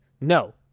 No